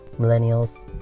Millennials